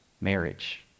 Marriage